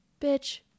bitch